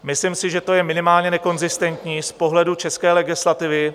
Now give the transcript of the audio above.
Myslím si, že to je minimálně nekonzistentní z pohledu české legislativy.